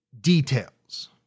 details